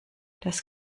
das